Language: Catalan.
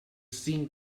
cinc